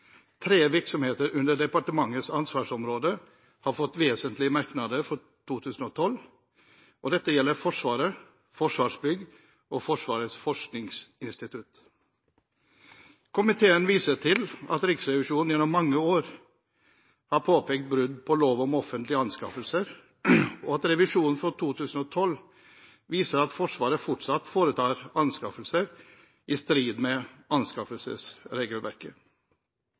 Tre virksomheter under departementets ansvarsområde har fått vesentlige merknader for 2012, og dette gjelder Forsvaret, Forsvarsbygg og Forsvarets forskningsinstitutt. Komiteen viser til at Riksrevisjonen gjennom mange år har påpekt brudd på lov om offentlige anskaffelser, og at revisjonen for 2012 viser at Forsvaret fortsatt foretar anskaffelser i strid med anskaffelsesregelverket.